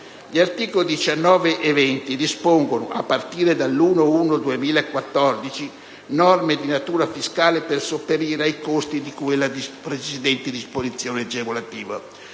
Gli articoli 19 e 20 dispongono, a partire dal 1° gennaio 2014, norme di natura fiscale per sopperire ai costi di cui alle precedenti disposizioni agevolative.